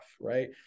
right